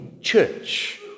church